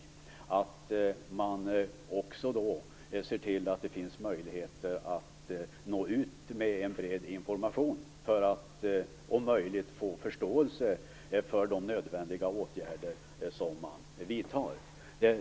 Då är det kanske inte helt fel att också se till att det finns möjligheter att nå ut med en bred information för att om möjligt få förståelse för de nödvändiga åtgärder som man vidtar.